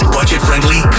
Budget-friendly